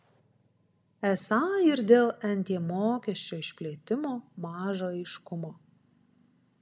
esą ir dėl nt mokesčio išplėtimo maža aiškumo